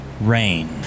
rain